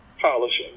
polishing